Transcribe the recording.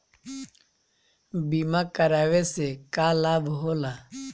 बीमा करावे से का लाभ होला?